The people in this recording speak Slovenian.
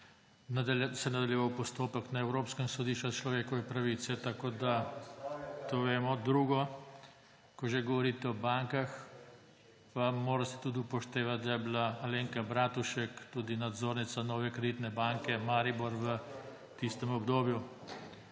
bi nadaljeval postopek na Evropskem sodišču za človekove pravice. To vemo. / oglašanje iz dvorane/ Drugo, ko že govorite o bankah, pa morate tudi upoštevati, da je bila Alenka Bratušek tudi nadzornica Nove kreditne banke Maribor v tistem obdobju.